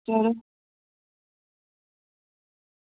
होर